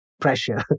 pressure